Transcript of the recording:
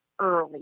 early